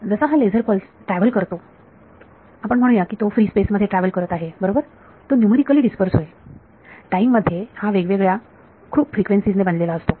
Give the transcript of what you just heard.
जसा हा laser pulse travel करतो आपण म्हणूया की तो फ्री स्पेस मध्ये ट्रॅव्हल करत आहे बरोबर तो न्यूमरिकली डीस्पर्स होईल टाईम मध्ये हा वेगवेगळ्या खूप फ्रिक्वेन्सी ने बनलेला असतो